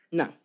no